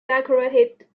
decorated